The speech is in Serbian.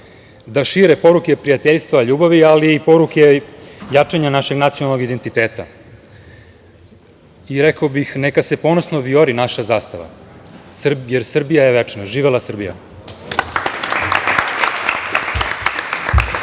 da šire poruke prijateljstva, ljubavi, ali i poruke jačanja našeg nacionalnog identiteta. Rekao bih – neka se ponosno vijori naša zastava, jer Srbija je večna. Živela Srbija.